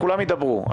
כולם ידברו.